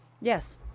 Yes